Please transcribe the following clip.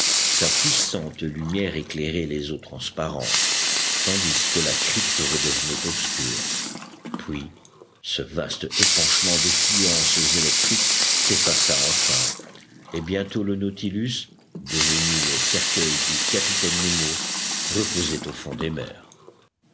sa puissante lumière éclairait les eaux transparentes tandis que la crypte redevenait obscure puis ce vaste épanchement d'effluences électriques s'effaça enfin et bientôt le nautilus devenu le cercueil du capitaine nemo reposait au fond des mers